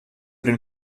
den